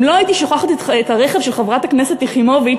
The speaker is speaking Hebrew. אם לא הייתי שוכחת את הרכב של חברת הכנסת יחימוביץ